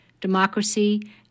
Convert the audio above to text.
democracy